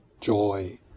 joy